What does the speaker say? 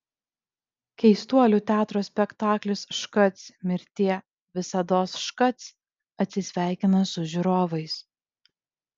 keistuolių teatro spektaklis škac mirtie visados škac atsisveikina su žiūrovais